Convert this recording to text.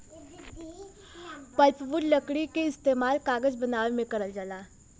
pulpwood लकड़ी क इस्तेमाल कागज बनावे में करल जाला